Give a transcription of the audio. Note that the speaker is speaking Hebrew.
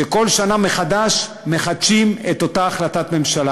שכל שנה מחדש מחדשים את אותה החלטת ממשלה.